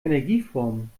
energieformen